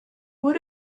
would